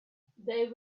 they